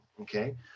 okay